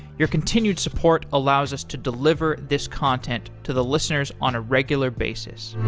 your continued support allows us to deliver this content to the listeners on a regular basis